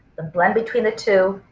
the blend between the two,